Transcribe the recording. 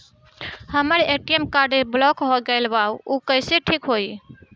हमर ATM card block हो गईल बा ऊ कईसे ठिक होई?